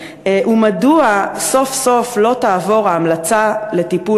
ומדוע סוף-סוף לא תעבור ההמלצה לטיפול